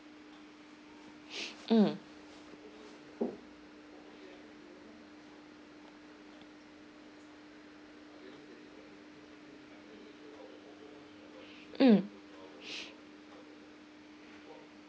mm mm